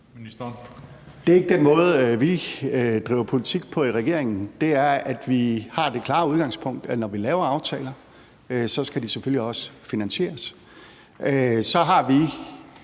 Det er ikke den måde, vi driver politik på i regeringen, for vi har det klare udgangspunkt, at når vi laver aftaler, skal de selvfølgelig også finansieres. Så har vi